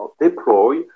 deploy